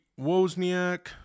Wozniak